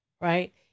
right